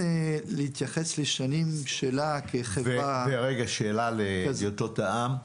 שאלה להדיוטות העם.